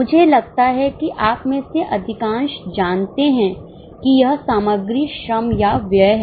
मुझे लगता है कि आप में से अधिकांश जानते हैं कि यह सामग्री श्रम या व्यय है